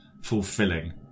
fulfilling